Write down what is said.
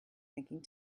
thinking